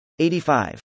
85